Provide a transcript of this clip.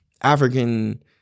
African